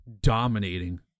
dominating